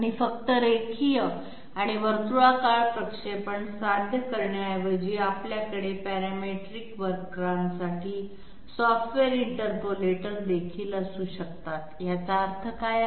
आणि फक्त रेखीय आणि वर्तुळाकार प्रक्षेपण साध्य करण्याऐवजी आपल्याकडे पॅरामेट्रिक वक्रांसाठी सॉफ्टवेअर इंटरपोलेटर देखील असू शकतात याचा अर्थ काय आहे